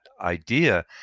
idea